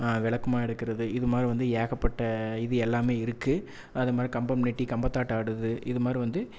விளக்குமா எடுக்கிறது இதுமாதிரி வந்து ஏகப்பட்ட இது எல்லாமே இருக்குது அதுமாதிரி கம்பம் நட்டி கம்பத்தாட்டம் ஆடுகிறது இதுமாதிரி வந்து